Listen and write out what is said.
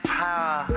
power